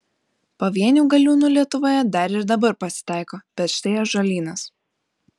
pavienių galiūnų lietuvoje dar ir dabar pasitaiko bet štai ąžuolynas